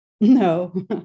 No